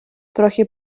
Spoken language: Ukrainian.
трохи